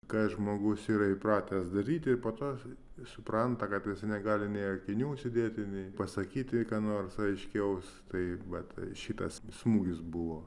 ką žmogus yra įpratęs daryti po to suprantakad jisai negali nei akinių užsidėti nei pasakyti ką nors aiškiau tai vat šitas smūgis buvo